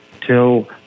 till